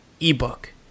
ebook